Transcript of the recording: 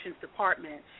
Department